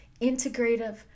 integrative